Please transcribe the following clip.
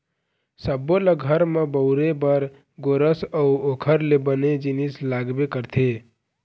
सब्बो ल घर म बउरे बर गोरस अउ ओखर ले बने जिनिस लागबे करथे